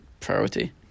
priority